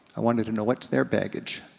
i wanted to know what's their baggage.